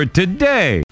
today